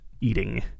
eating